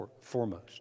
foremost